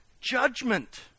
judgment